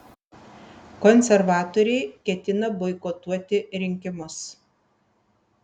konservatoriai ketina boikotuoti rinkimus